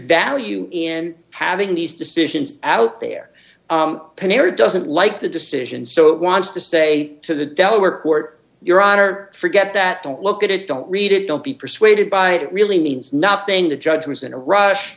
value in having these decisions out there canary doesn't like the decision so it wants to say to the delaware court your honor forget that don't look at it don't read it don't be persuaded by it really means nothing the judge was in a rush